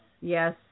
yes